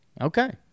Okay